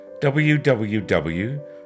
www